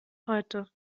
heute